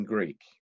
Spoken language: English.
Greek